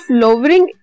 lowering